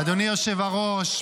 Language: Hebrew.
אדוני היושב-ראש,